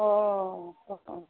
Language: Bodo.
अह अ अ